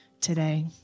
today